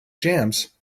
jams